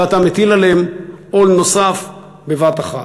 ואתה מטיל עליהם עול נוסף בבת אחת.